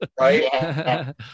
right